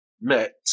met